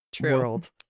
world